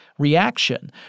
reaction